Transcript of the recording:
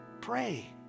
Pray